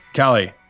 Callie